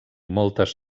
moltes